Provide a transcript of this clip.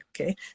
Okay